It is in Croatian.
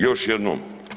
Još jednom.